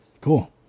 Cool